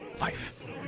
Life